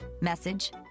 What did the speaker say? message